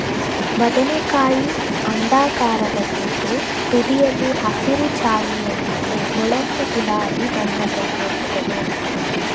ಬದನೆಕಾಯಿ ಅಂಡಾಕಾರದಲ್ಲಿದ್ದು ತುದಿಯಲ್ಲಿ ಹಸಿರು ಛಾಯೆಯೊಂದಿಗೆ ಹೊಳಪು ಗುಲಾಬಿ ಬಣ್ಣದಲ್ಲಿರುತ್ತದೆ